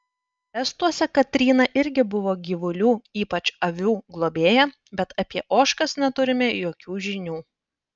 estuose katryna irgi buvo gyvulių ypač avių globėja bet apie ožkas neturime jokių žinių